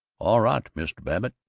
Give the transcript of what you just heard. all right, mr. babbitt.